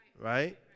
right